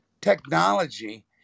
technology